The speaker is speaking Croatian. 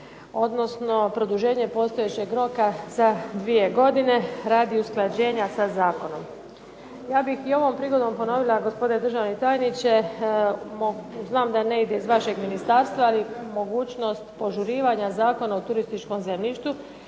odnosno produženje postojećeg roka za 2 godine radi usklađenja sa zakonom. Ja bih i ovom prigodom ponovila, gospodine državni tajniče, znam da ne ide iz vašeg ministarstva, ali mogućnost požurivanja Zakona o turističkom zemljištu